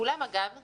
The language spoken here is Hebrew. כולן אגב ציבוריות.